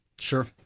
Sure